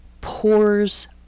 pores